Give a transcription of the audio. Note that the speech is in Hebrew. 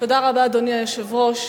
אדוני היושב-ראש,